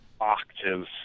octaves